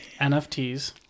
NFTs